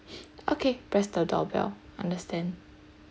okay press the doorbell understand